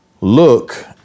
look